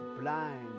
blind